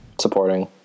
Supporting